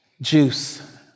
Juice